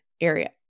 area